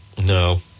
no